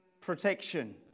protection